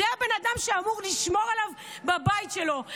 זה הבן אדם שאמור לשמור עליו בבית שלו.